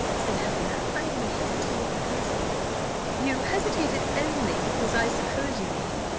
said helena i only hesitated because you hesitated only because, i suppose you mean.